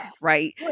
Right